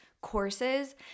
courses